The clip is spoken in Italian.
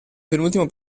penultimo